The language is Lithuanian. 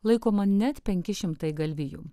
laikoma net penki šimtai galvijų